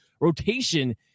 rotation